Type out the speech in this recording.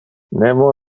nemo